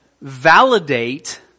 Validate